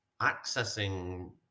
accessing